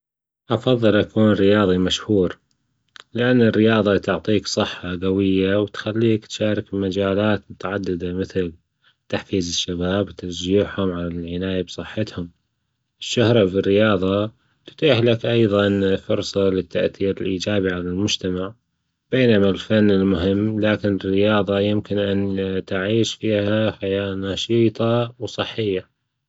أفضل أكون رياضي مشهور، لأن الرياضة تعطيك صحة جوية وتخليك تشارك في مجالات متعددة مثل تحفيز الشباب وتشجيعهم على العناية بصحتهم، الشهرة بالرياضة تتيح لك أيضا فرصة للتأثير الإيجابي على المجتمع ،بينما الفن مهم لكن الرياضة يمكن أن تعيش فيها حياة نشيطة وصحية.